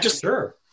Sure